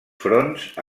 fronts